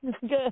Good